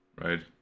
Right